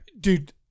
Dude